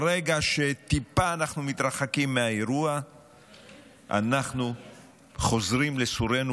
ברגע שאנחנו מתרחקים טיפה מהאירוע אנחנו חוזרים לסורנו,